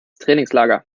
trainingslager